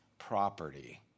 Property